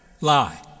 lie